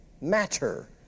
matter